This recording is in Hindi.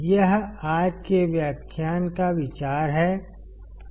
यह आज के व्याख्यान का विचार है